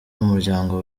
umuryango